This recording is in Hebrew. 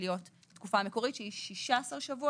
להיות התקופה המקורית שהיא 16 שבועות.